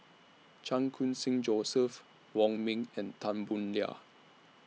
Chan Khun Sing Joseph Wong Ming and Tan Boo Liat